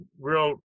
real